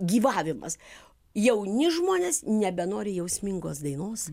gyvavimas jauni žmonės nebenori jausmingos dainos